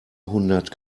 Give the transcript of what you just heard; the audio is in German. hundert